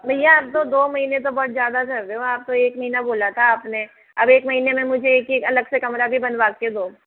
भैया आप तो दो महीने तो बहुत ज़्यादा कर रहे हो आप एक महीना बोला था आपने अब एक महीने में मुझे यह चीज़ अलग से कमरा भी बनवा कर दो